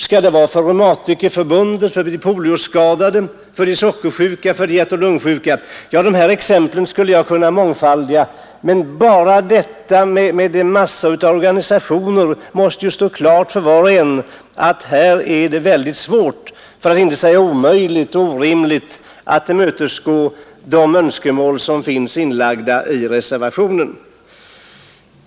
Skall det vara en representant för reumatikerna, för de polioskadade, de sockersjuka eller de hjärtoch lungsjuka? Jag skulle kunna mångfaldiga dessa exempel, men det måste med denna mängd av organisationer stå klart för var och en att det är mycket svårt för att inte säga orimligt och omöjligt att tillmötesgå de önskemål som kommit till uttryck i reservationen.